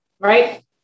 Right